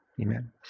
Amen